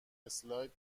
اسلاید